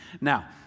Now